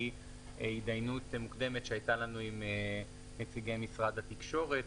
הידיינות מוקדמת שהייתה לנו עם נציגי משרד התקשורת,